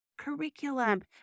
curriculum